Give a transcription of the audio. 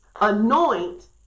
Anoint